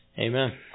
Amen